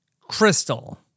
Crystal